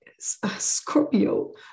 Scorpio